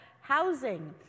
housing